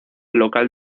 local